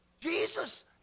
Jesus